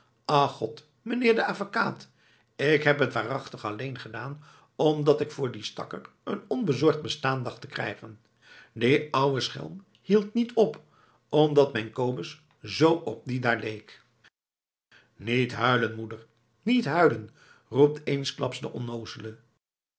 ach god meneer de avekaat ik heb t waarachtig alleen gedaan omdat ik voor dien stakker een onbezorgd bestaan dacht te krijgen die ouwe schelm hield niet op omdat mijn kobus zoo op dien daar leek niet huilen moeder niet huilen roept eensklaps de onnoozele